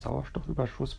sauerstoffüberschuss